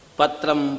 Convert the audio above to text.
Patram